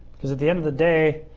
because at the end of the day,